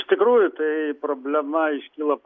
iš tikrųjų tai problema iškilo